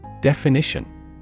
Definition